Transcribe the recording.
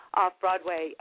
off-Broadway